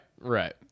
Right